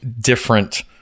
different